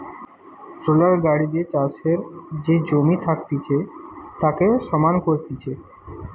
roller গাড়ি দিয়ে চাষের যে জমি থাকতিছে তাকে সমান করতিছে